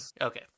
Okay